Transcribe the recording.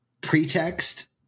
pretext